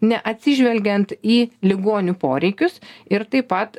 neatsižvelgiant į ligonių poreikius ir taip pat